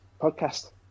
podcast